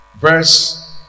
Verse